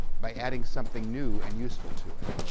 by adding something new and useful to it.